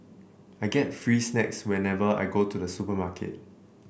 I get free snacks whenever I go to the supermarket